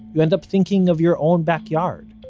you end up thinking of your own backyard,